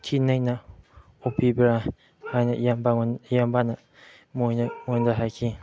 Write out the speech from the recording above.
ꯊꯤ ꯅꯩꯅ ꯑꯣꯠꯄꯤꯕ꯭ꯔꯥ ꯍꯥꯏꯅ ꯏꯌꯥꯝꯕ ꯏꯌꯥꯝꯕꯅ ꯃꯣꯏꯅ ꯑꯩꯉꯣꯟꯗ ꯍꯥꯏꯈꯤ